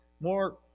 more